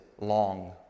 long